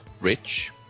rich